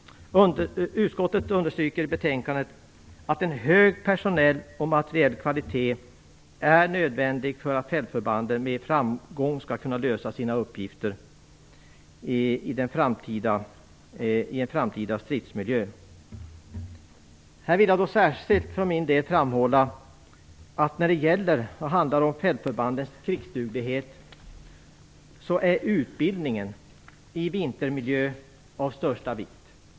Utskottet understryker i betänkandet att en hög personell och materiell kvalitet är nödvändig för att fältförbanden med framgång skall kunna lösa sina uppgifter i en framtida stridsmiljö. I detta sammanhang vill jag särskilt framhålla att när det handlar om fältförbandens krigsduglighet är utbildningen i vintermiljö av största vikt.